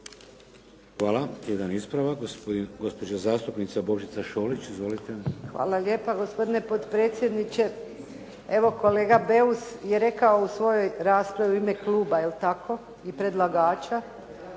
Hvala. Jedan ispravak, gospođa zastupnica Božica Šolić. Izvolite. **Šolić, Božica (HDZ)** Hvala lijepa gospodine potpredsjedniče. Evo kolega Beus je rekao u svojoj raspravi u ime kluba, je li tako i predlagača,